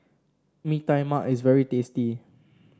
Mee Tai Mak is very tasty